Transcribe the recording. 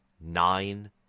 nine